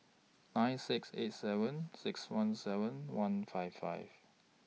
nine six eight seven six one seven one five five